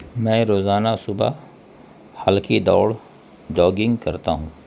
میں روزانہ صبح ہلکی دوڑ جوگنگ کرتا ہوں